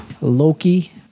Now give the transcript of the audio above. Loki